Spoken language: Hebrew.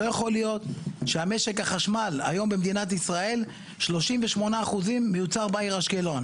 לא יכול להיות ש-38% ממשק החשמל בישראל היום מיוצר באשקלון.